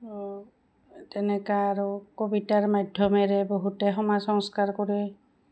তেনেকা আৰু কবিতাৰ মাধ্যমেৰে বহুতে সমাজ সংস্কাৰ কৰে